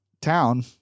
town